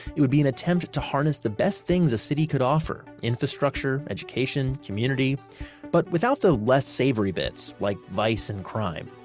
it would be an attempt to harness the best things a city could offer infrastructure, education, community but without the less savory bits, like vice and crime.